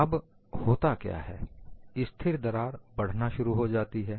अब होता क्या है स्थिर दरार बढ़ना शुरू हो जाती है